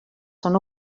són